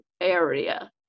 area